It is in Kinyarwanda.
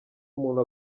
umuntu